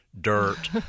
dirt